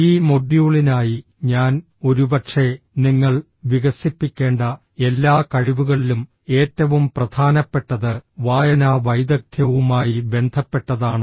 ഈ മൊഡ്യൂളിനായി ഞാൻ ഒരുപക്ഷേ നിങ്ങൾ വികസിപ്പിക്കേണ്ട എല്ലാ കഴിവുകളിലും ഏറ്റവും പ്രധാനപ്പെട്ടത് വായനാ വൈദഗ്ധ്യവുമായി ബന്ധപ്പെട്ടതാണ്